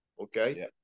okay